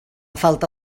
falta